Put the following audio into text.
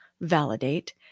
validate